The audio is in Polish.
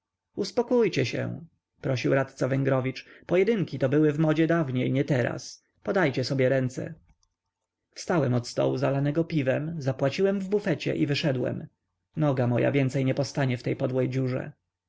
honor uspokójcie się prosił radca węgrowicz pojedynki to były w modzie dawniej nie teraz podajcie sobie ręce wstałem od stołu zalanego piwem zapłaciłem w bufecie i wyszedłem noga moja więcej nie postanie w tej podłej dziurze